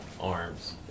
arms